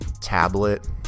tablet